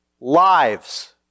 lives